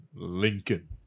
Lincoln